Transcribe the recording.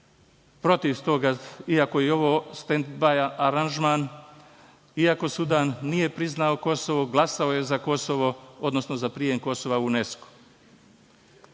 Protiv toga, iako je ovo stend-baj aranžman, iako Sudan nije priznao Kosovo, glasao je za prijem Kosova u UNESKO.